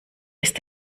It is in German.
ist